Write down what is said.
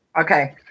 Okay